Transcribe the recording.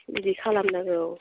बिदि खालामनांगौ